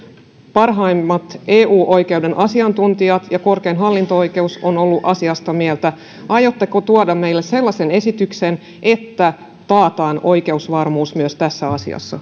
parhaimmat eu oikeuden asiantuntijat ja korkein hallinto oikeus on ollut asiasta mieltä aiotteko tuoda meille sellaisen esityksen että taataan oikeusvarmuus myös tässä asiassa